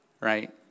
Right